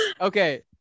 Okay